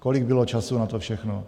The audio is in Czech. Kolik bylo času na to všechno?